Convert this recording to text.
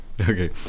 Okay